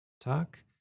talk